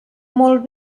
molt